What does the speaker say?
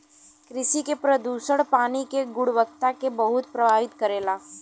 कृषि के प्रदूषक पानी के गुणवत्ता के बहुत प्रभावित करेला